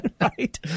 Right